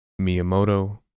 Miyamoto